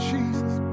Jesus